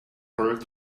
correct